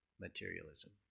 materialism